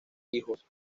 hijos